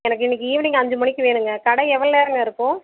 எனக்கு இன்னிக்கு ஈவினிங் அஞ்சு மணிக்கு வேணுங்க கடை எவ்வளோ நேரங்க இருக்கும்